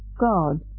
God